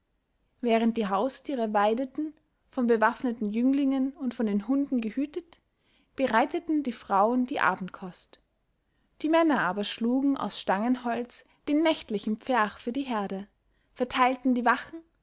während die haustiere weideten von bewaffneten jünglingen und von den hunden gehütet bereiteten die frauen die abendkost die männer aber schlugen aus stangenholz den nächtlichen pferch für die herde verteilten die wachen